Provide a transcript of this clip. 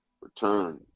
return